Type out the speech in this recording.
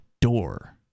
door